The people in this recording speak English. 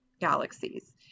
galaxies